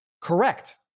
Correct